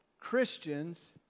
Christians